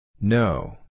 No